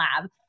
Lab